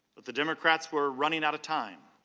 but the democrats were running out of time.